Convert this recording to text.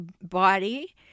body